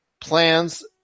plans